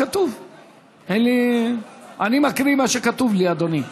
אני מקריא מה שכתוב לי, אדוני.